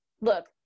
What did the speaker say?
look